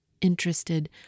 Interested